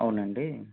అవును అండి